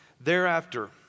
Thereafter